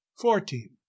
Fourteen